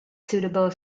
suitable